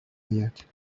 آید